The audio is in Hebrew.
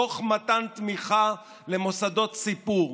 דוח מתן תמיכה למוסדות ציבור,